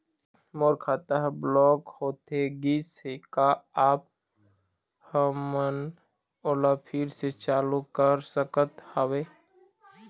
मोर खाता हर ब्लॉक होथे गिस हे, का आप हमन ओला फिर से चालू कर सकत हावे?